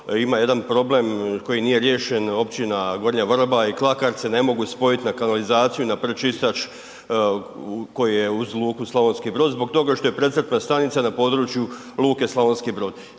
ima jedan problem koji nije riješen općina Gornja Vrba i Klakar se ne mogu spojiti na kanalizaciju na pročistač koji je uz luku Slavonski Brod toga što je precrpna stanica na području luke Slavonski Brod.